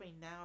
now